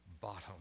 bottom